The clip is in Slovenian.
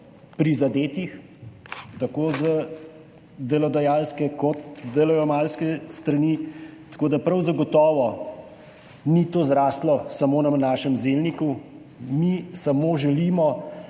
prizadetih, tako z delodajalske kot delojemalske strani, tako da prav zagotovo ni to zraslo samo na našem zelniku. Mi samo želimo,